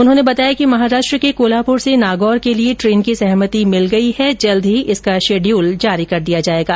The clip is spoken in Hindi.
उन्होंने बताया कि महाराष्ट्र के कोल्हापुर से नागौर के लिए ट्रेन की सहमति प्राप्त हो गई है जल्द ही इसका शेड्यूल जारी कर दिया जाएगा